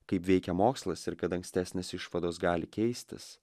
kaip veikia mokslas ir kad ankstesnės išvados gali keistis